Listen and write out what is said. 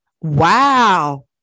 Wow